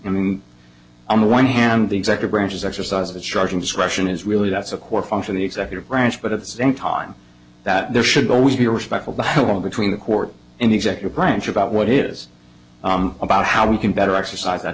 i mean on the one hand the executive branch's exercise of charging discretion is really that's a core function the executive branch but at the same time that there should always be respectful the whole between the court and the executive branch about what is about how we can better exercise that